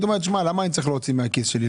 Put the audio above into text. אומרת: למה אני צריכה להוציא מהכיס שלי,